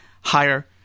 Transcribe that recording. higher